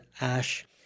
ash